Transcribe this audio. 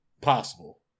Possible